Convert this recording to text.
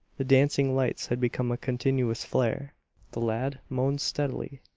the dancing lights had become a continuous flare the lad moaned steadily.